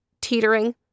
teetering